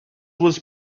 was